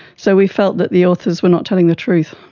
so we felt that the authors were not telling the truth.